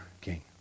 King